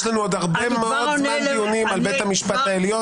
יש לנו עוד הרבה מאוד זמן דיונים על בית המשפט העליון.